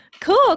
Cool